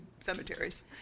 cemeteries